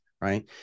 right